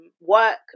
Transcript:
work